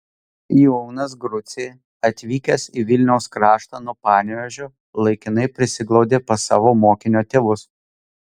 jonas grucė atvykęs į vilniaus kraštą nuo panevėžio laikinai prisiglaudė pas savo mokinio tėvus